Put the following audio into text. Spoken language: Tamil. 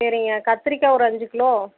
சரிங்க கத்திரிக்காய் ஒரு அஞ்சு கிலோ